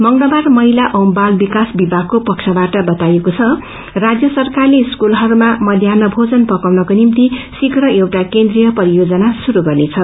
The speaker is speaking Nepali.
मंगलबार महिला औँ बाल विकास विभागको पक्षबाट बताइएको छ कि राज्य सरकार स्कूलहरूमा मध्यान्ह भोजन पकाउनको निमित श्रीप्र एउटा केन्द्रिय परियोजना श्रुरू गर्नेछ